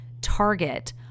Target